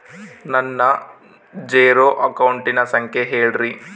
ನನ್ನ ಜೇರೊ ಅಕೌಂಟಿನ ಸಂಖ್ಯೆ ಹೇಳ್ರಿ?